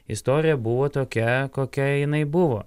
istorija buvo tokia kokia jinai buvo